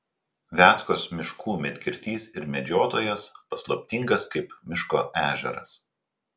viatkos miškų medkirtys ir medžiotojas paslaptingas kaip miško ežeras